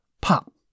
Pop